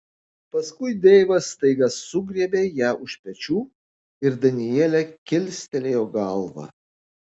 paskui deivas staiga sugriebė ją už pečių ir danielė kilstelėjo galvą